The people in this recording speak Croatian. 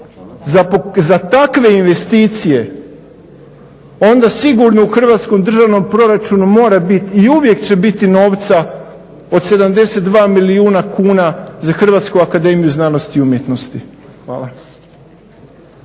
za takve investicije onda sigurno u hrvatskom državnom proračunu mora biti i uvijek će biti novca od 72 milijuna kuna za Hrvatsku akademiju znanosti i umjetnosti. Hvala.